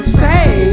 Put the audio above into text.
say